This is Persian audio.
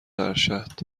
ارشد